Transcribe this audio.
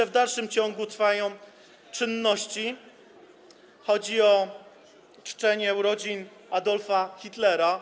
W dalszym ciągu trwają czynności, chodzi o czczenie urodzin Adolfa Hitlera.